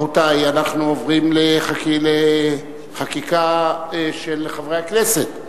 רבותי, אנחנו עוברים לחקיקה של חברי הכנסת.